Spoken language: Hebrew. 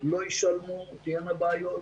הם לא ישלמו ויהיו בעיות.